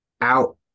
out